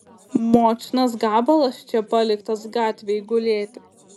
močnas gabalas čia paliktas gatvėj gulėti